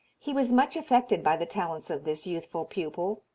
he was much affected by the talents of this youthful pupil.